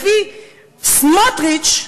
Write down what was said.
לפי סמוטריץ,